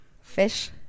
Fish